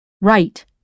Right